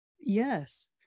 Yes